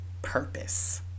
purpose